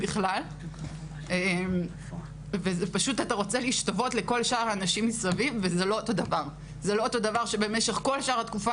לתורנות, אי-אפשר להפיל עליהם את כל הדברים.